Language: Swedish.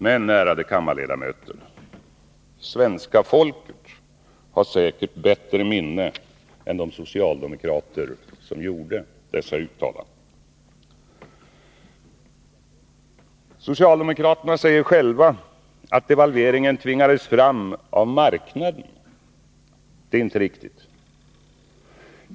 Men, ärade kammarledamöter, svenska folket har säkert bättre minne än de socialdemokrater som gjorde dessa uttalanden. Socialdemokraterna säger själva att devalveringen tvingades fram av ”marknaden”. Det är inte riktigt.